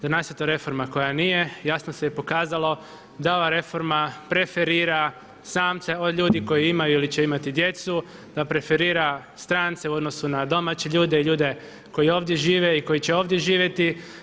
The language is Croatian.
Za nas je to reforma koja nije, jasno se i pokazalo, da ova reforma preferira samce od ljudi koji imaju ili će imati djecu da preferira strance u odnosu na domaće ljude i ljude koji ovdje žive i koji će ovdje živjeti.